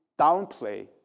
downplay